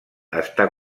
està